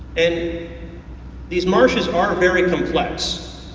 and these marshes are very complex.